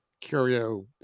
curio